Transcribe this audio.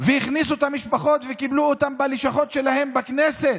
והכניסו את המשפחות וקיבלו אותן בלשכות שלהם בכנסת,